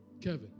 Kevin